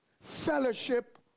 fellowship